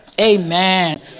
Amen